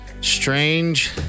Strange